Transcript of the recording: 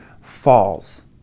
falls